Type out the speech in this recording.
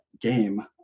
game